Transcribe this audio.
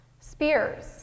spears